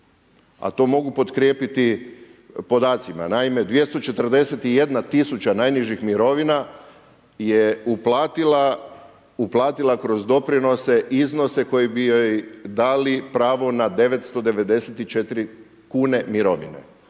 a to mogu potkrijepiti podacima. Naime, 241 tisuća najnižih mirovina je uplatila, uplatila kroz doprinose iznose koji bi joj dali pravo na 994. kune mirovine